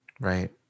Right